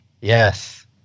Yes